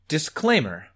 Disclaimer